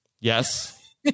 Yes